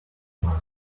money